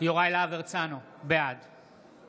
יוראי להב הרצנו, בעד